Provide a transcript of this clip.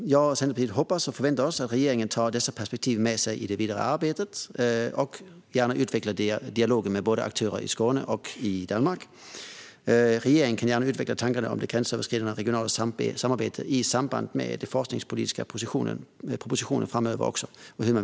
Jag och Centerpartiet hoppas och förväntar oss att regeringen tar dessa perspektiv med sig i det vidare arbetet och gärna utvecklar dialogen med aktörer både i Skåne och i Danmark. Regeringen kan även utveckla tankarna om hur man vill utveckla det gränsöverskridande regionala samarbetet i den forskningspolitiska propositionen.